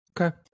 Okay